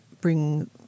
bring